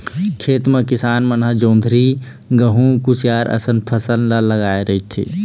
खेत म किसान मन ह जोंधरी, गहूँ, कुसियार असन फसल लगाए रहिथे